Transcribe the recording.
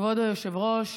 כבוד היושב-ראש,